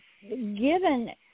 given